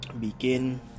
begin